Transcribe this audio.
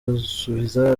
basubiza